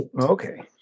Okay